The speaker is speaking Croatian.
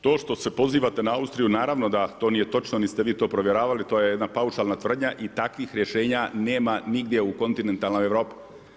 To što se pozivate na Austriju naravno da to nije točno, nit ste vi to provjeravali, to je jedna paušalna tvrdnja i takvih rješenja nema nigdje u kontinentalnoj Europi.